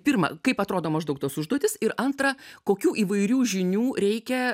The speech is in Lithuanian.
pirma kaip atrodo maždaug tos užduotys ir antra kokių įvairių žinių reikia